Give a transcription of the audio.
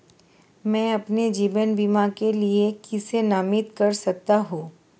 मैं अपने जीवन बीमा के लिए किसे नामित कर सकता हूं?